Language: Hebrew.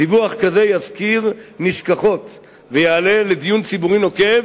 דיווח כזה יזכיר נשכחות ויעלה לדיון ציבורי נוקב